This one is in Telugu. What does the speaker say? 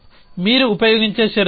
మీరు ఉపయోగించే షరతు ఇది